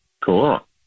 Cool